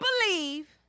believe